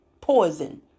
poison